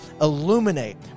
illuminate